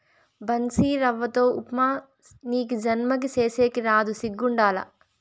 బన్సీరవ్వతో ఉప్మా నీకీ జన్మకి సేసేకి రాదు సిగ్గుండాల